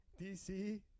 DC